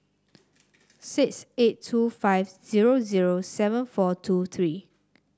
six eight two five zero zero seven four two three